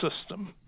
system